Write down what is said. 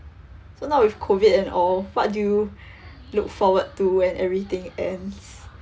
so now with COVID and all what do you look forward to when everything ends